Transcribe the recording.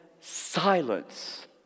silence